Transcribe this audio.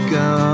go